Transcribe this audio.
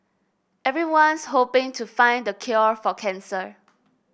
everyone's hoping to find the cure for cancer